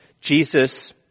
Jesus